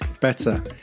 better